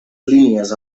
línies